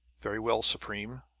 very well, supreme.